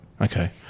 Okay